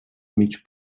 mig